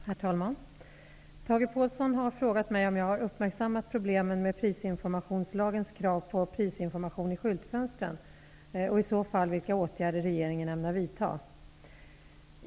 Herr talman! Tage Påhlsson har frågat mig om jag uppmärksammat problemen med prisinformationslagens krav på prisinformation i skyltfönstren och i så fall vilka åtgärder regeringen ämnar vidta.